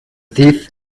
thief